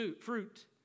fruit